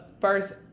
first